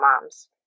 moms